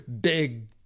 big